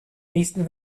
nächsten